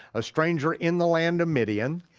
a stranger in the land of midian,